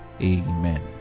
Amen